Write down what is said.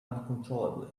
uncontrollably